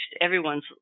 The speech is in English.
everyone's